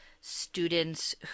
students